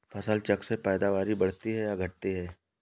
फसल चक्र से पैदावारी बढ़ती है या घटती है?